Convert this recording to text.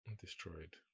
destroyed